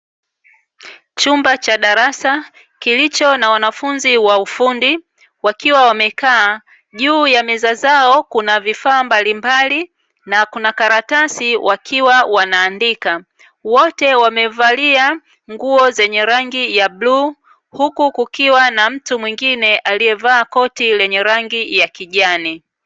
Chumba cha darasa kilicho na wanafunzi wa ufundi wakiwa wamekaa juu ya meza zao kuna vifaa mbalimbali na kuna karatasi wakiwa wanaandika, wote wamevalia nguo zenye rangi ya buluu huku kukiwa na mtu mwingine aliyevaa koti lenye rangi ya kijani.